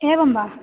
एवं वा